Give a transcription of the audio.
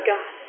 God